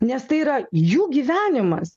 nes tai yra jų gyvenimas